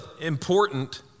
important